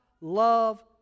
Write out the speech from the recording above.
love